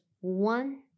one